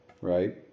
right